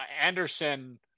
Anderson